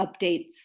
updates